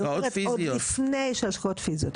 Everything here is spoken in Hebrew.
השקעות פיזיות.